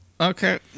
okay